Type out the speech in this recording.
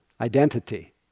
identity